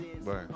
Right